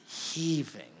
heaving